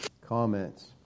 Comments